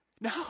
No